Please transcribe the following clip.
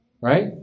Right